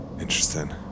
interesting